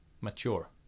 mature